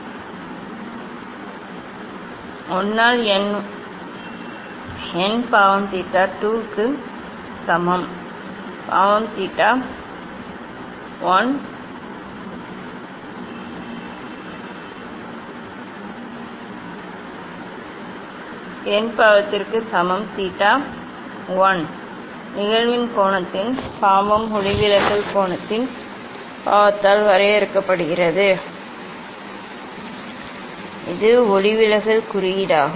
1 ஆல் n பாவம் தீட்டா 2 க்கு சமம் பாவம் தீட்டா 1 n பாவத்திற்கு சமம் தீட்டா 1 நிகழ்வின் கோணத்தின் பாவம் ஒளிவிலகல் கோணத்தின் பாவத்தால் வகுக்கப்படுகிறது இது ஒளிவிலகல் குறியீடாகும்